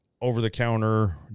over-the-counter